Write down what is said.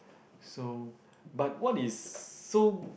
so but what is so